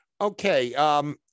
Okay